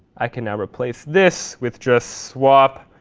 i can now replace this with just swap